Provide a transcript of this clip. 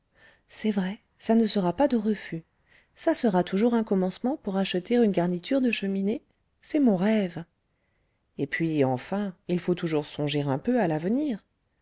c'est vrai ça ne sera pas de refus ça sera toujours un commencement pour acheter une garniture de cheminée c'est mon rêve et puis enfin il faut toujours songer un peu à l'avenir